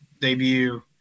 debut